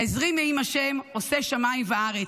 עזרי מעם ה' עֹשה שמים וארץ.